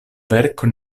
verko